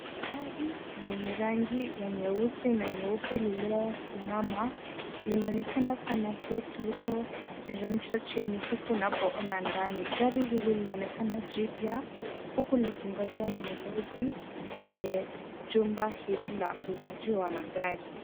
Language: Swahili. Gari lenye rangi ya nyeusi na nyeupe lilosimama linaonakena kuwa na kioo kilicho teremushwa chini huku unapoona ndani, gari hili kinaonekana jipya huku likingoja mnunuzi kwenye jumba hili la uuzaji wa magari.